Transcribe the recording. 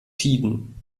tiden